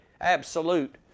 Absolute